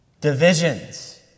Divisions